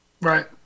Right